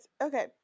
okay